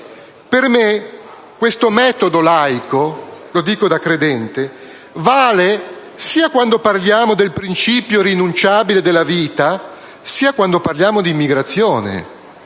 Per me questo metodo laico - lo dico da credente - vale sia quando parliamo del principio irrinunciabile della vita, sia quando parliamo di immigrazione.